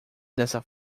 dessa